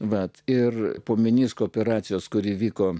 bet ir po menisko operacijos kuri vyko